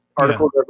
articles